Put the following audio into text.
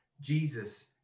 Jesus